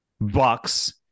Bucks